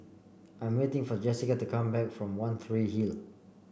I am waiting for Jesica to come back from One Tree Hill